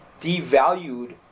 devalued